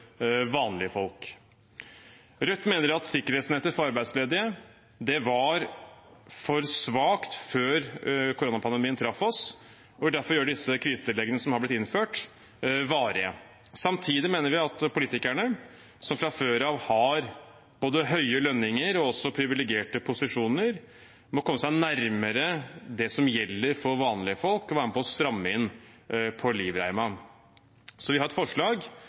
arbeidsledige var for svakt før koronapandemien traff oss, og vil derfor gjøre krisetilleggene som har blitt innført, varige. Samtidig mener vi at politikerne, som fra før av har både høye lønninger og privilegerte posisjoner, må komme seg nærmere det som gjelder for vanlige folk, og være med på å stramme inn livreima. Vi har av den grunn et alternativ til presidentskapets forslag